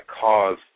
cause